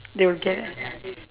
they okay